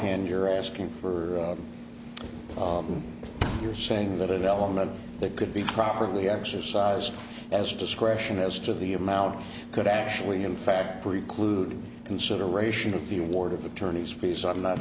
hand you're asking for you're saying that element that could be properly exercised as discretion as to the amount could actually in fact preclude consideration of the award of attorney's fees i'm not